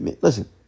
Listen